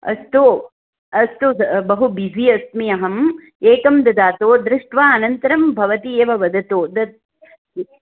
अस्तु अस्तु बहु बिसि अस्मि अहम् एकं ददातु दृष्ट्वा अनन्तरं भवती एव वदतु तद्